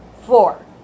Four